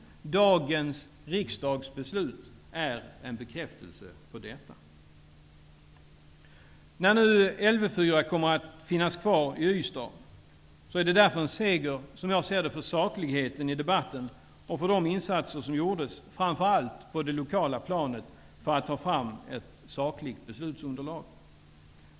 Dagens riksdagsbeslut är en bekräftelse på detta. När nu Lv 4 kommer att finnas kvar i Ystad är det därför en seger för sakligheten i debatten och för de insatser som gjordes -- framför allt på det lokala planet -- för att ta fram ett sakligt beslutsunderlag.